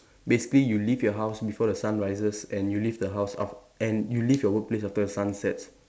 basically you leave your house before the sun rises and you leave the house af~ and you leave your workplace after the sun sets